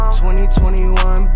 2021